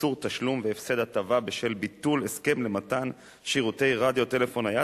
(איסור תשלום והפסד הטבה בשל ביטול הסכם למתן שירותי רדיו טלפון נייד),